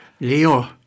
Leo